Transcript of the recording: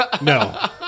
no